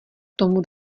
tomu